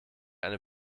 eine